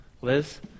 Liz